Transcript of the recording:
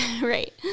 Right